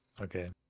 Okay